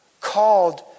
called